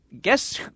guess